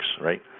right